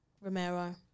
Romero